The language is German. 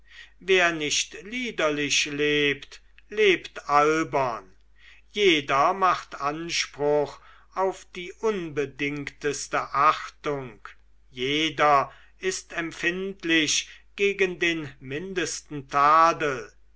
wer nicht liederlich lebt lebt albern jeder macht anspruch auf die unbedingteste achtung jeder ist empfindlich gegen den mindesten tadel